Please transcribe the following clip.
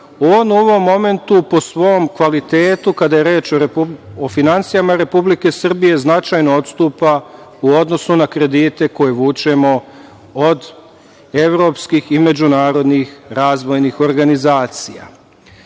u ovom momentu po svom kvalitetu, kada je reč o finansijama Republike Srbije, značajno odstupa u odnosu na kredite koje vučemo od evropskih i međunarodnih razvojnih organizacija. Ono